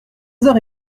heures